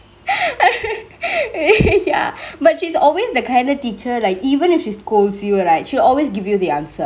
ya but she's always the kind of teacher like even if she scolds you right she will always give you the answer